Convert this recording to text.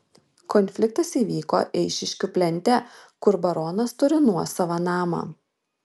konfliktas įvyko eišiškių plente kur baronas turi nuosavą namą